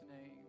name